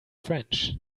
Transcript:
french